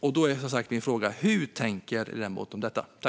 Min fråga är som sagt: Hur tänker ledamoten om detta?